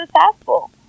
successful